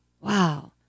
wow